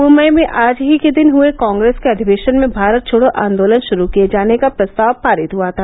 मम्बई में आज ही के दिन हुए कांग्रेस के अधिवेशन में भारत छोड़ो आन्दोलन शुरू किए जाने का प्रस्ताव पारित हुआ था